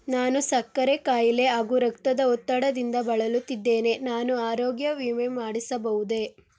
ನಾನು ಸಕ್ಕರೆ ಖಾಯಿಲೆ ಹಾಗೂ ರಕ್ತದ ಒತ್ತಡದಿಂದ ಬಳಲುತ್ತಿದ್ದೇನೆ ನಾನು ಆರೋಗ್ಯ ವಿಮೆ ಮಾಡಿಸಬಹುದೇ?